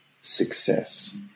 Success